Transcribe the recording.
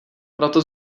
proto